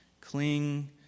cling